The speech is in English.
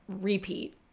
repeat